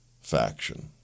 faction